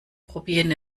probieren